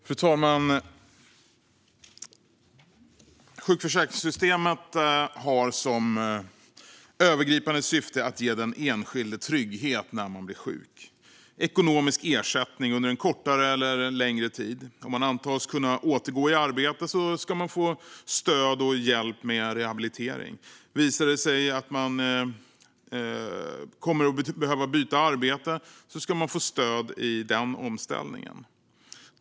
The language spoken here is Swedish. Fru talman! Sjukförsäkringssystemet har som övergripande syfte att ge den enskilde trygghet när man blir sjuk - ekonomisk ersättning under en kortare eller en längre tid. Om man antas kunna återgå i arbete ska man få stöd och hjälp med rehabilitering. Visar det sig att man kommer att behöva byta arbete ska man få stöd i den omställningen.